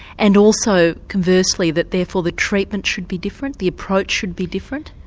and also conversely that therefore the treatment should be different, the approach should be different?